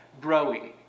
growing